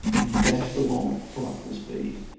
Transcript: and dashed along at frightful speed.